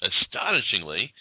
Astonishingly